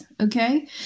okay